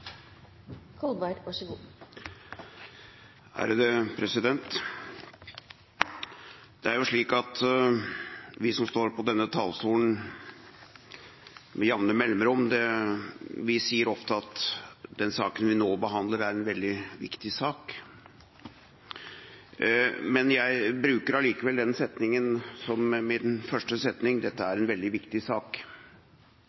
slik at vi som står på denne talerstolen, med jevne mellomrom sier at den saken vi nå behandler, er en veldig viktig sak. Men jeg bruker allikevel denne setningen som min første setning: Dette er